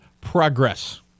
progress